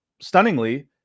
stunningly